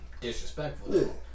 disrespectful